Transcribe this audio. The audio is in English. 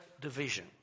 Division